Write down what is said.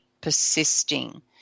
persisting